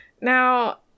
now